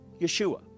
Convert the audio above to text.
Yeshua